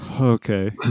Okay